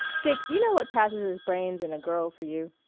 dick, you know what passes as brains in a girl for you.